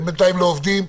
הם בינתיים לא עובדים.